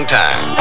time